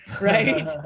right